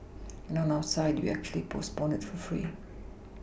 and on our side we actually postpone it for free